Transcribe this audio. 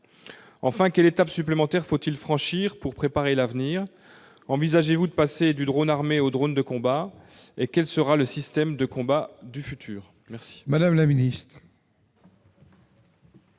Enfin, quelle étape supplémentaire faut-il franchir pour préparer l'avenir ? Envisagez-vous de passer du drone armé au drone de combat ? Quel sera le système de combat du futur ? La parole est à Mme la ministre.